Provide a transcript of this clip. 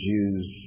Jews